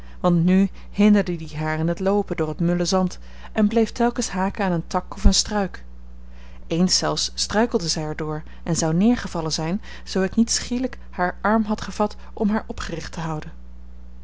want nu hinderde die haar in het loopen door het mulle zand en bleef telkens haken aan een tak of een struik eens zelfs struikelde zij er door en zou neergevallen zijn zoo ik niet schielijk haar arm had gevat om haar opgericht te houden